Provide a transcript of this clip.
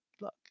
look